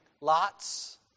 lots